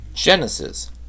Genesis